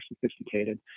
sophisticated